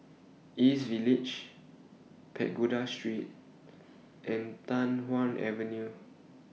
East Village Pagoda Street and Tai Hwan Avenue